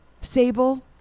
Sable